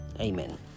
Amen